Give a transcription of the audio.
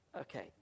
Okay